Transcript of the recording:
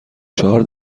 چهار